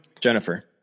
jennifer